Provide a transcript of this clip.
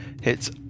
Hits